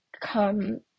come